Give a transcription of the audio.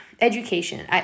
education